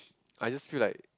I just feel like